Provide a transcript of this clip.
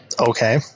Okay